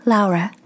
Laura